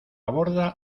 borda